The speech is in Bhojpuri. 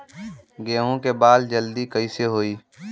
गेहूँ के बाल जल्दी कईसे होई?